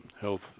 Health